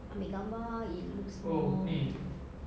ambil gambar it looks more